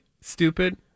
stupid